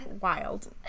wild